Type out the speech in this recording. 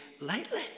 lightly